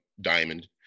Diamond